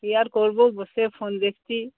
কি আর করবো বসে ফোন দেখছি